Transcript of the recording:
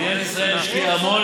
מדינת ישראל השקיעה המון,